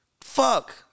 Fuck